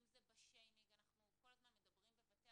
אם זה בשיימינג אנחנו כל הזמן מדברים בבתי